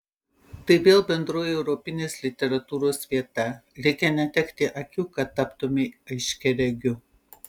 tai vėl bendroji europinės literatūros vieta reikia netekti akių kad taptumei aiškiaregiu